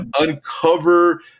Uncover